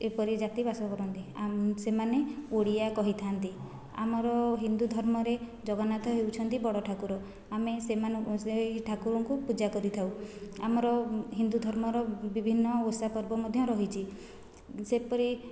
ଏପରି ଜାତି ବାସ କରନ୍ତି ସେମାନେ ଓଡ଼ିଆ କହିଥାନ୍ତି ଆମର ହିନ୍ଦୁ ଧର୍ମରେ ଜଗନ୍ନାଥ ହେଉଛନ୍ତି ବଡ଼ ଠାକୁର ଆମେ ସେଇ ଠାକୁରଙ୍କୁ ପୂଜା କରିଥାଉ ଆମର ହିନ୍ଦୁ ଧର୍ମର ବିଭିନ୍ନ ଓଷା ପର୍ବ ମଧ୍ୟ ରହିଛି ଯେପରି